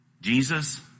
Jesus